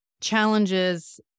challenges